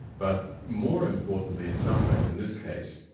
but more importantly in some ways, in this case,